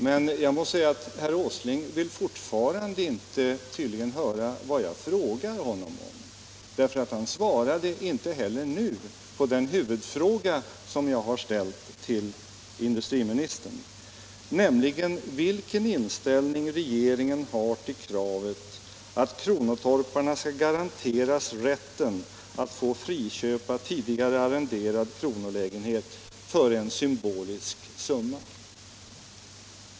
Men jag måste säga att herr Åsling fortfarande tydligen inte vill höra vad jag frågar om, för han svarade inte heller nu på den huvudfråga som jag har ställt, nämligen vilken inställning regeringen har till kravet att kronotorparna skall garanteras rätten att friköpa tidigare arrenderad kronolägenhet för en symbolisk summa.